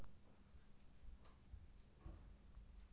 हालांकि किछु लोग बंशीक हुक मे चारा लगाय कें माछ फंसाबै छै